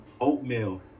oatmeal